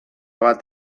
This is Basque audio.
bat